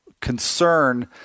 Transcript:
concern